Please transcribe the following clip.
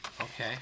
Okay